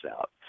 out